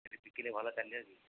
ସେଠି ବିକିଲେ ଭଲ ଚାଲିବ କି